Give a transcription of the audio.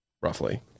roughly